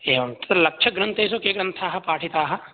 एवं तत्र लक्ष्यग्रन्थेषु के ग्रन्थाः पाठिताः